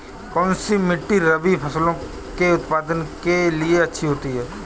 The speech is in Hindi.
कौनसी मिट्टी रबी फसलों के उत्पादन के लिए अच्छी होती है?